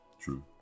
True